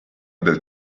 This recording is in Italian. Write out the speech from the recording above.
del